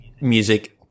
music